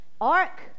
Ark